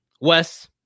Wes